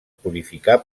purificar